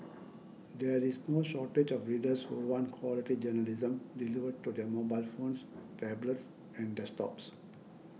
there is no shortage of readers who want quality journalism delivered to their mobile phones tablets and desktops